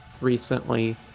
recently